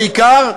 בעיקר,